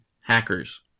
hackers